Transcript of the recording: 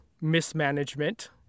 mismanagement